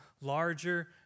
larger